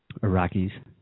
Iraqis